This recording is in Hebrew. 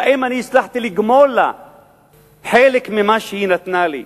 האם אני הצלחתי לגמול לה חלק ממה שהיא נתנה לי?